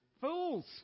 Fools